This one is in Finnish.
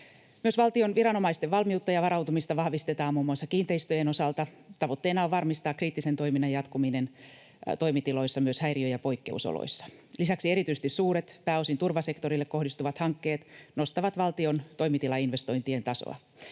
Myös valtion viranomaisten valmiutta ja varautumista vahvistetaan muun muassa kiinteistöjen osalta. Tavoitteena on varmistaa kriittisen toiminnan jatkuminen toimitiloissa myös häiriö- ja poikkeusoloissa. Lisäksi erityisesti suuret, pääosin turvasektorille kohdistuvat hankkeet nostavat valtion toimitilainvestointien tasoa.